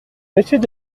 monsieur